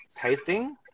tasting